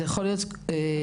זה יכול להיות עילפון.